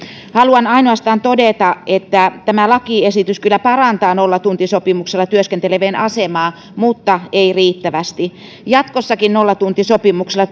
haluan ainoastaan todeta että tämä lakiesitys kyllä parantaa nollatuntisopimuksella työskentelevien asemaa mutta ei riittävästi jatkossakin nollatuntisopimuksella